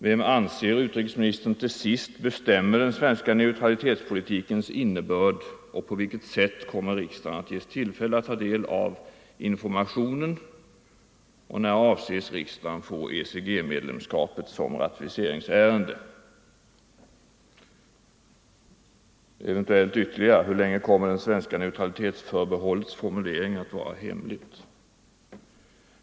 Vem anser utrikesministern till sist bestämmer den svenska neutralitetspolitikens innebörd? På vilket sätt kommer riksdagen att ges tillfälle att ta del av informationen? När avses riksdagen få tillfälle att behandla ECG-medlemskapet som ratificeringsärende? En ytterligare fråga: Hur länge kommer det svenska neutralitetsför behållets formulering att vara hemlig?